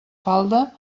falda